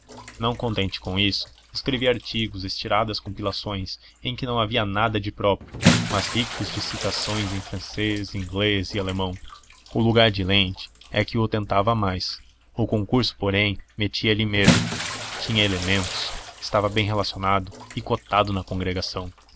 não contente com isso escrevia artigos estiradas compilações em que não havia nada de próprio mas ricos de citações em francês inglês e alemão o lugar de lente é que o tentava mais o concurso porém metia lhe medo tinha elementos estava bem relacionado e cotado na congregação